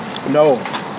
No